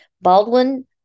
Baldwin